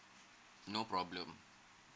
no problem